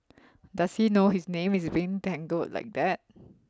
does he know his name is being dangled like that